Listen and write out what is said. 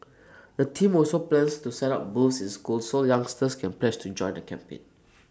the team also plans to set up booths in schools so youngsters can pledge to join the campaign